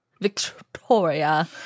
Victoria